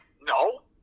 No